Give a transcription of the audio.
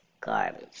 garbage